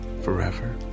forever